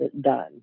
done